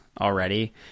already